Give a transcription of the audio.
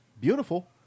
Beautiful